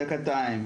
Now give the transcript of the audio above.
בדקותיים.